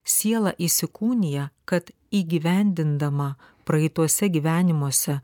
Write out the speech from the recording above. siela įsikūnija kad įgyvendindama praeituose gyvenimuose